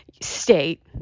state